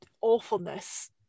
awfulness